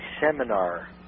seminar